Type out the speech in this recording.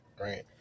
right